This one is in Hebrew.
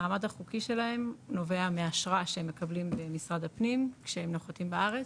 המעמד החוקי שלהם נובע מאשרה שהם מקבלים ממשרד הפנים כשהם נוחתים בארץ,